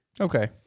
okay